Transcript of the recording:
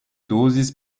dosis